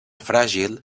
fràgil